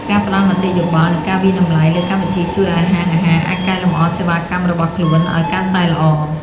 ការផ្តល់មតិយោបល់និងការវាយតម្លៃលើកម្មវិធីជួយឱ្យហាងអាហារអាចកែលម្អសេវាកម្មរបស់ខ្លួនឱ្យកាន់តែល្អ។